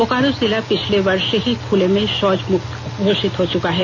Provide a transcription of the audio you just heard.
बोकारो जिला पिछले वर्ष ही खुले में शौच मुक्त घोषित हो चुका है